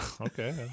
Okay